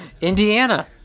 Indiana